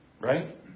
Right